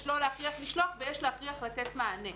יש לא להכריח לשלוח, ויש להכריח לתת מענה.